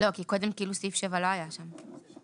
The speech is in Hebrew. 7 לא היה שם.